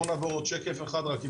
בואו נעבור עוד שקף אחד, אם